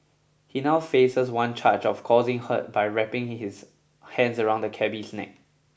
he now faces one charge of causing hurt by wrapping his hands around the cabby's neck